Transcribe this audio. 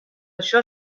això